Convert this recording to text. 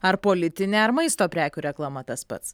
ar politinė ar maisto prekių reklama tas pats